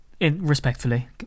respectfully